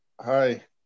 Hi